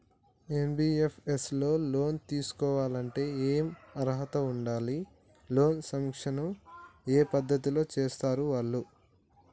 NBFS లో loan తీస్కోవాలంటే ఏం అర్హత ఉండాలి? లోన్ సాంక్షన్ ఏ పద్ధతి లో చేస్తరు వాళ్లు?